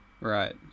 Right